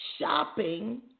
shopping